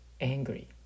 angry